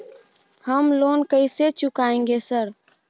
हम लोन कैसे चुकाएंगे सर?